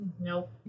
Nope